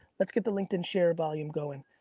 let's get the linkedin share volume going.